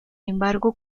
embargo